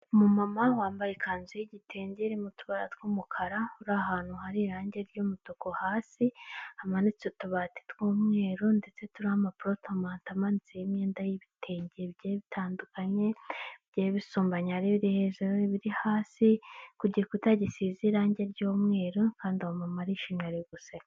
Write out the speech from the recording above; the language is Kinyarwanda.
umumama wambaye ikanzu y'igitenge irimo utubara tw'umukara uri ahantu irange ry'umutuku hasi, hamanitse utubati tw'umweru ndetse turiho amaporotomato, amanitseho imyenda y'ibitenge bigiye bitandukanye, bigiye bisumbanye, ari ibiri hejuru, ibiri hasi, ku gikuta gisize irange ry'umweru kandi uwo mumama arishimye, ari guseka.